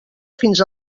fins